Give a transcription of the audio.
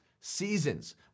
seasons